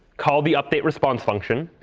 call the updateresponse function.